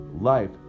life